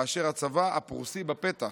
כאשר הצבא הפרוסי בפתח.